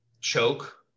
choke